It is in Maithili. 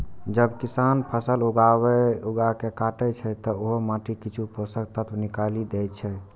जब किसान फसल उगाके काटै छै, ते ओ माटिक किछु पोषक तत्व निकालि दै छै